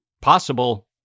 Possible